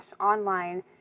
online